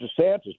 DeSantis